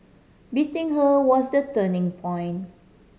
beating her was the turning point